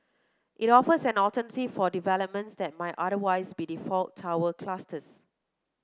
it offers an alternative for developments that might otherwise be default tower clusters